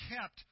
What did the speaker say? kept